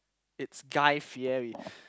it's Guy-Fieri